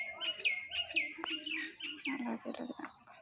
মক